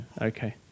Okay